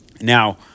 Now